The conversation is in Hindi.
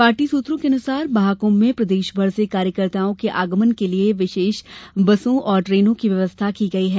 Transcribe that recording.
पार्टी सूत्रों के अनुसार महाकुंभ में प्रदेशभर से कार्यकर्ताओं के आगमन के लिये पार्टी ने विशेष बसों और ट्रेनों की भी व्यवस्था की है